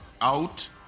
out